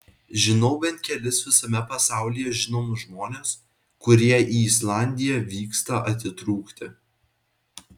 žinau bent kelis visame pasaulyje žinomus žmones kurie į islandiją vyksta atitrūkti